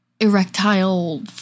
erectile